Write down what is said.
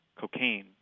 cocaine